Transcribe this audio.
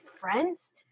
friends